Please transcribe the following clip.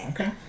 Okay